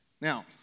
Now